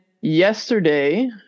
yesterday